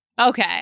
Okay